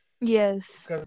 yes